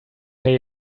pay